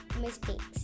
mistakes